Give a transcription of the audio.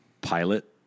pilot